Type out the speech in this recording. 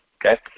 okay